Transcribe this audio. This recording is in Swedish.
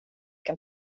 kan